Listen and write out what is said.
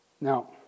Now